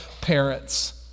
parents